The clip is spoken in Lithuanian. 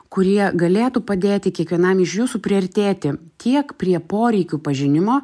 kurie galėtų padėti kiekvienam iš jūsų priartėti tiek prie poreikių pažinimo